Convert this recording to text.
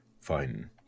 fine